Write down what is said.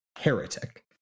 Heretic